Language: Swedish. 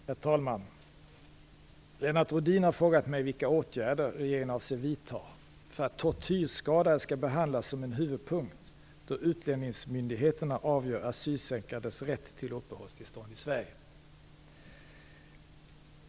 Herr talman! Lennart Rohdin har frågat mig vilka åtgärder regeringen avser vidta för att tortyrskador skall behandlas som en huvudpunkt då utlänningsmyndigheterna avgör asylsökandes rätt till uppehållstillstånd i Sverige.